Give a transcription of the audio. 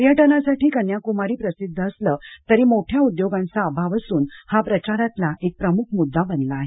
पर्यटनासाठी हे कन्याकुमारी प्रसिद्ध असलं तरी मोठ्या उद्योगांचा अभाव असून हा प्रचारातला एक प्रमुख मुद्दा बनला आहे